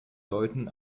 deuten